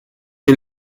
est